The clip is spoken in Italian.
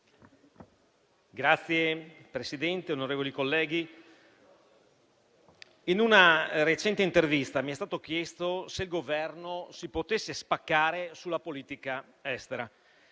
Signor Presidente, onorevoli colleghi, in una recente intervista mi è stato chiesto se il Governo si potesse spaccare sulla politica estera.